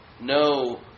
No